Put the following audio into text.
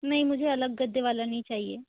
नहीं मुझे अलग गद्दे वाला नहीं चाहिए